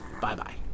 Bye-bye